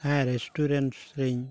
ᱦᱮᱸ ᱨᱮᱥᱴᱩᱨᱮᱱᱴ ᱨᱮᱧ